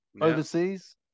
overseas